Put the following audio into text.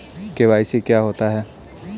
KYC क्या होता है?